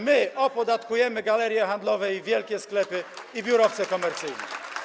My opodatkujemy galerie handlowe, wielkie sklepy i biurowce komercyjne.